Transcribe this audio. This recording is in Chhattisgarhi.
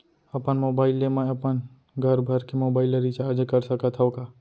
अपन मोबाइल ले मैं अपन घरभर के मोबाइल ला रिचार्ज कर सकत हव का?